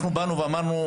אנחנו באנו ואמרנו,